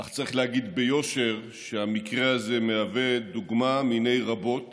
אך צריך לומר ביושר שהמקרה הזה הוא דוגמה אחת מיני רבות